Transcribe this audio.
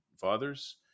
fathers